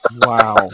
Wow